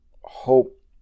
hope